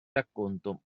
racconto